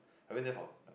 I went there for